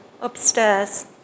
upstairs